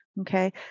okay